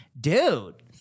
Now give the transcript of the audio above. Dude